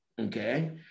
okay